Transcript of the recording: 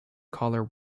collar